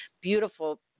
beautiful